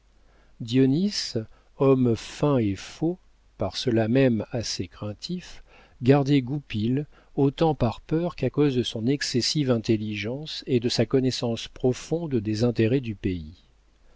dionis homme fin et faux par cela même assez craintif gardait goupil autant par peur qu'à cause de son excessive intelligence et de sa connaissance profonde des intérêts du pays